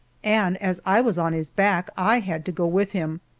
and as i was on his back i had to go with him.